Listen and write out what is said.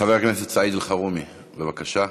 חבר הכנסת סעיד אלחרומי, בבקשה.